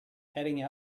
heading